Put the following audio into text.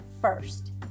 first